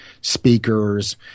speakers